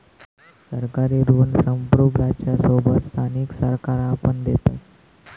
सरकारी ऋण संप्रुभ राज्यांसोबत स्थानिक सरकारा पण देतत